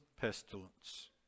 pestilence